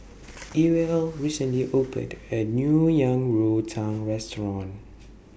Ewell recently opened A New Yang Rou Tang Restaurant